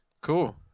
Cool